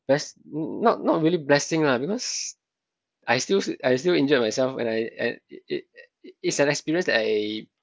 bless not not really blessing lah because I still I still injured myself and I and it it it it's an experience that I